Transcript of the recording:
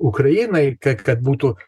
ukrainai kad kad būtų